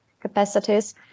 capacities